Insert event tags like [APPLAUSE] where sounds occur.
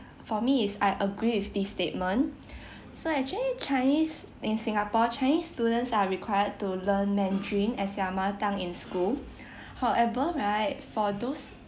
for me is I agreed with this statement [BREATH] so actually chinese in singapore chinese students are required to learn mandarin as their mother tongue in school [BREATH] however right for those